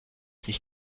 sich